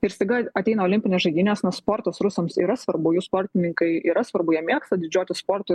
ir staiga ateina olimpinės žaidynės na sportas rusams yra svarbu jų sportininkai yra svarbu jie mėgsta didžiuotis sportu